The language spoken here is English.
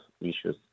issues